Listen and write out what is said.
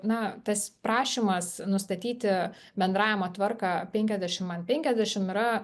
na tas prašymas nustatyti bendravimo tvarką penkiasdešim ant penkiasdešim yra